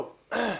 טוב,